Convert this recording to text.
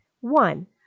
One